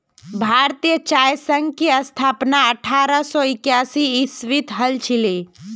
भारतीय चाय संघ की स्थापना अठारह सौ एकासी ईसवीत हल छिले